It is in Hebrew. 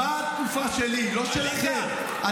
בתקופה שלי, לא שלכם.